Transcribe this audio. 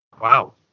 Wow